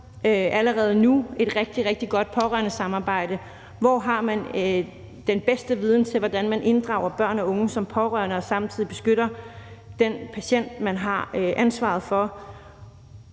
allerede nu har et rigtig, rigtig godt pårørendesamarbejde, hvor man har den bedste viden til, hvordan man inddrager børn og unge som pårørende og samtidig beskytter den patient, man har ansvaret for.